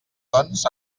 doncs